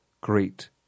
great